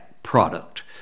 Product